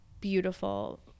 beautiful